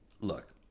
Look